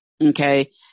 Okay